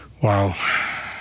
Wow